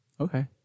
Okay